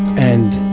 and